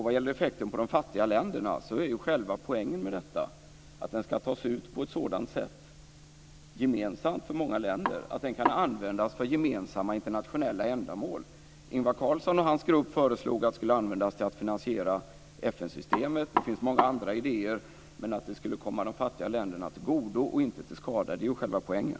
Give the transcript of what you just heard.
Vad gäller effekten på de fattiga länderna är själva poängen att skatten ska tas ut på ett sådant sätt - gemensamt för många länder - att den kan användas för gemensamma internationella ändamål. Ingvar Carlsson och hans grupp föreslog att det skulle användas till att finansiera FN-systemet. Det finns många andra idéer. Att det skulle komma de fattiga länderna till godo och inte till skada är ju själva poängen.